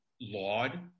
Laud